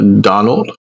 Donald